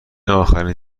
آخرین